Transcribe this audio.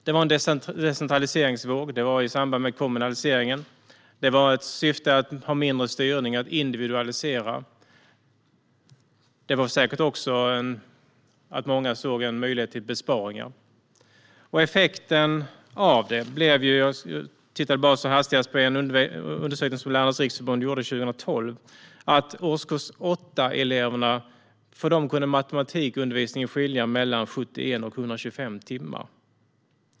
Det fanns en decentraliseringsvåg i samband med kommunaliseringen i syfte att få mindre styrning och att individualisera. Det var säkert också många som såg en möjlighet till besparingar. Effekten av detta, enligt en undersökning som Lärarnas Riksförbund gjorde 2012 och som jag tittat på som hastigast, blev att för årskurs 8eleverna kunde det skilja mellan 71 och 125 timmar för matematikundervisningen.